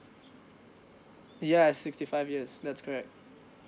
ya sixty five yes that's correct